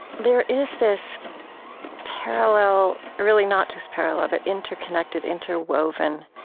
there is this parallel really not just parallel, but interconnected, interwoven